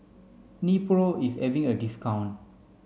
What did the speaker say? Nepro is having a discount